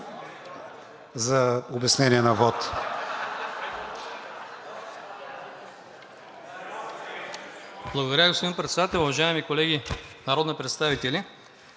за обяснение на вот